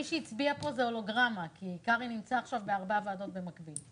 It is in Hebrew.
מי שהצביע פה זה הולוגרמה כי קרעי נמצא עכשיו בארבע ועדות במקביל.